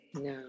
no